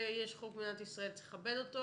יש חוק במדינת ישראל, צריך לכבד אותו